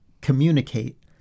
communicate